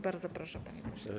Bardzo proszę, panie pośle.